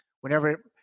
whenever